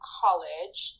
college